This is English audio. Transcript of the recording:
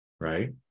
right